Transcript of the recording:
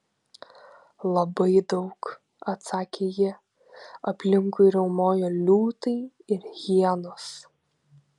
labai daug atsakė ji aplinkui riaumojo liūtai ir hienos